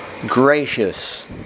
gracious